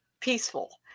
peaceful